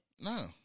No